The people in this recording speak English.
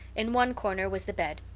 in one corner was the bed,